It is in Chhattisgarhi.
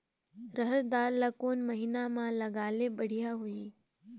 रहर दाल ला कोन महीना म लगाले बढ़िया होही?